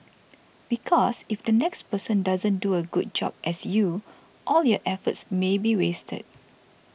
because if the next person doesn't do a good job as you all your efforts may be wasted